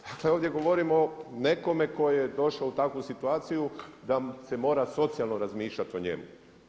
Dakle, ovdje govorimo o nekome tko je došao u takvu situaciju da se mora socijalno razmišljati o njemu.